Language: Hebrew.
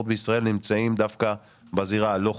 בישראל נמצאים דווקא בזירה הלא חוקית.